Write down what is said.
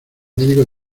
médico